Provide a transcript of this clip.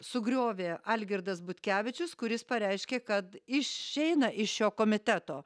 sugriovė algirdas butkevičius kuris pareiškė kad išeina iš šio komiteto